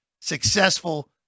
Successful